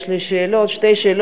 יש לי שתי שאלות,